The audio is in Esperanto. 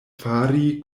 fari